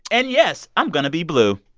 and yes, i'm going to be blue.